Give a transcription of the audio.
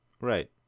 Right